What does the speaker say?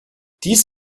dies